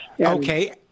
Okay